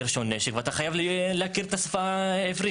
רישיון לנשק ואתה חייב להכיר את השפה העברית.